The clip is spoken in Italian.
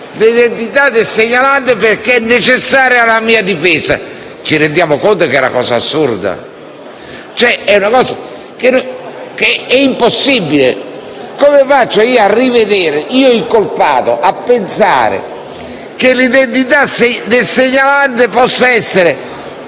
l'identità del segnalante perché è necessaria alla mia difesa? Ci rendiamo conto che è una cosa assurda e impossibile? Come faccio io incolpato a pensare che l'identità del segnalante possa essere